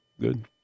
Good